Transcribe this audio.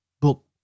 book